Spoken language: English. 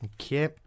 Okay